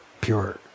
pure